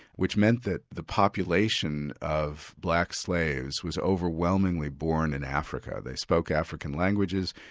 which meant that the population of black slaves was overwhelmingly born in africa, they spoke african languages,